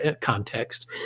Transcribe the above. context